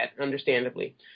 understandably